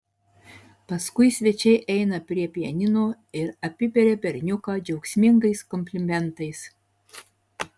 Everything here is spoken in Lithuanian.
paskui svečiai eina prie pianino ir apiberia berniuką džiaugsmingais komplimentais